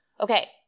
okay